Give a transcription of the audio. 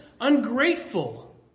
ungrateful